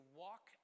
walk